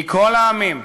מכל העמים,